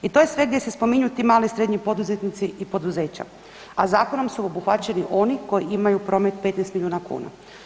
I to je sve gdje se spominju ti mali i srednji poduzetnici i poduzeća a zakonom su obuhvaćeni oni koji imaju promet 15 milijuna kuna.